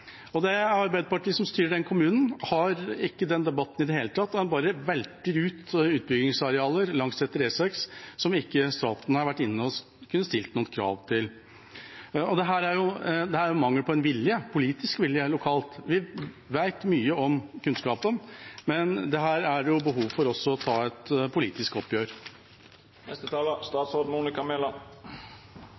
Det er Arbeiderpartiet som styrer den kommunen. De har ikke debatt i det hele tatt, de bare velter ut utbyggingsarealer langsetter E6 som staten ikke har vært inne og kunne stilt noen krav til. Dette er mangel på politisk vilje lokalt. Vi har mye kunnskap, men det er behov for å ta et politisk oppgjør.